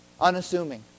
Unassuming